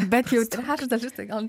bet jau trečdalis tai gal